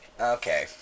Okay